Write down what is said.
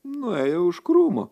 nuėjo už krūmo